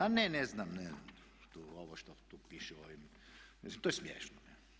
A ne, ne znam, ne, tu ovo što tu piše u ovim, mislim to je smiješno.